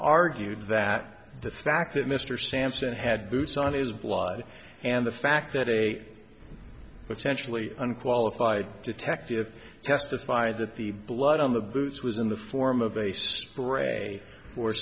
argued that the fact that mr sampson had boots on his blood and the fact that a potentially unqualified detective testified that the blood on the boots was in the form of a spray or